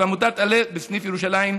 ועמותת "עלה" בסניף ירושלים.